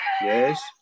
Yes